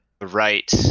right